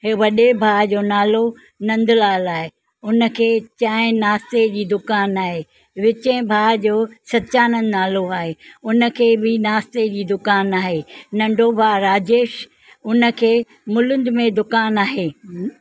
इहे वॾे भाउ जो नालो नंदलाल आहे हुन खे चांहि नाश्ते जी दुकानु आहे विचे भाउ जो सचानंद नालो आहे उन खे बि नाश्ते जी दुकानु आहे नंढो भाउ राजेश उन खे मुलुंड में दुकानु आहे